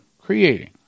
Creating